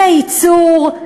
בייצור,